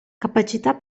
capacità